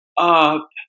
up